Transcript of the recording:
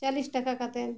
ᱪᱚᱞᱞᱤᱥ ᱴᱟᱠᱟ ᱠᱟᱛᱮᱫ